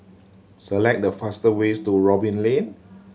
select the faster ways to Robin Lane